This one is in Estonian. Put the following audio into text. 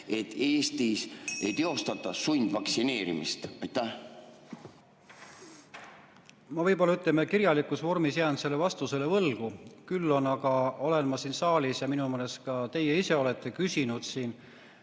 et Eestis ei teostata sundvaktsineerimist? Ma võib-olla, ütleme, kirjalikus vormis jään selle vastuse võlgu, küll aga olen ma siin saalis küsinud ja minu meelest ka teie ise olete küsinud,